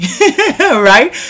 right